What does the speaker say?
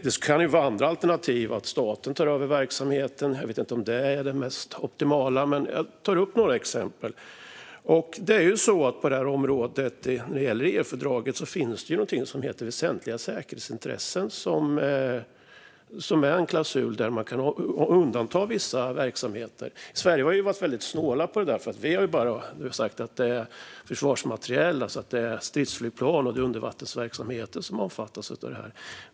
Det kan även vara andra alternativ, som att staten tar över verksamheten. Jag vet inte om det är det mest optimala; jag tar bara upp några exempel. På det här området finns det i EU-fördraget något som heter väsentliga säkerhetsintressen, som är en klausul där man kan undanta vissa verksamheter. Sverige har varit väldigt snålt med detta. Vi har sagt att det bara är försvarsmateriel, alltså stridsflygplan och undervattensverksamheter, som omfattas av detta.